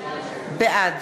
בעד